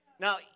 Now